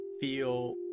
feel